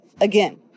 again